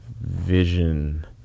vision